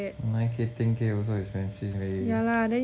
nine K ten K also expensive leh